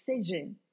decision